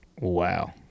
Wow